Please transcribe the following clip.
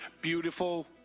beautiful